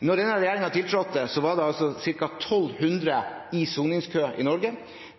denne regjeringen tiltrådte, var det ca. 1 200 i soningskø i Norge.